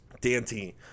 dante